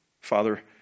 Father